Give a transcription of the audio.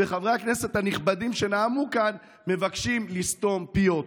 וחברי הכנסת הנכבדים שנאמו כאן מבקשים לסתום פיות.